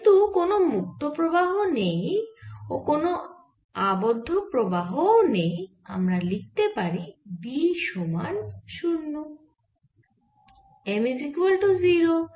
যেহেতু কোন মুক্ত প্রবাহ নেই ও কোন আবদ্ধ প্রবাহ ও নেই আমরা লিখতে পারি B সমান 0